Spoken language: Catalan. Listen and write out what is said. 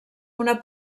una